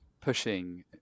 pushing